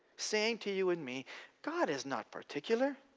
saying to you and me god is not particular,